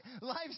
Life